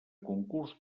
concurs